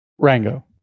Rango